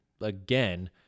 again